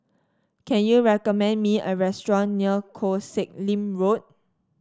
can you recommend me a restaurant near Koh Sek Lim Road